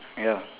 ya